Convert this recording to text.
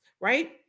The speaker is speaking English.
right